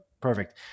perfect